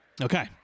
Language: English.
okay